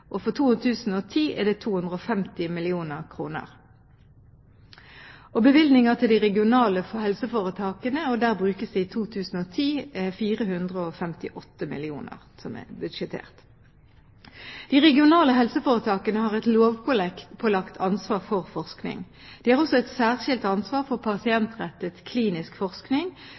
for 2010 er beløpet 250 mill. kr. Bevilgninger til de regionale helseforetakene er i 2010 budsjettert med 458 mill. kr. De regionale helseforetakene har et lovpålagt ansvar for forskning. De har også et særskilt ansvar for pasientrettet klinisk forskning